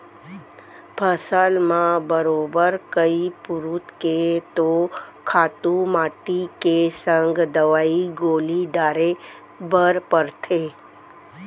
फसल म बरोबर कइ पुरूत के तो खातू माटी के संग दवई गोली डारे बर परथे